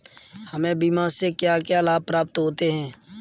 हमें बीमा से क्या क्या लाभ प्राप्त होते हैं?